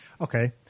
Okay